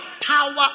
power